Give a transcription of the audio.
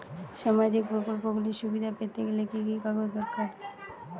সামাজীক প্রকল্পগুলি সুবিধা পেতে গেলে কি কি কাগজ দরকার?